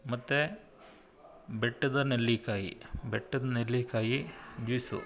ಮತ್ತು ಬೆಟ್ಟದ ನೆಲ್ಲಿಕಾಯಿ ಬೆಟ್ಟದ ನೆಲ್ಲಿಕಾಯಿ ಜ್ಯೂಸು